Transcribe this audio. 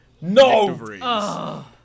No